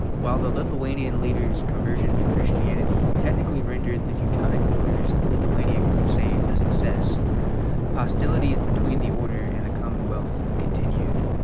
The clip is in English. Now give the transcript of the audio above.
while the lithuanian leaders conversion to christianity technically rendered the teutonic orders lithuanian crusade a success hostilities between the order and the commonwealth continued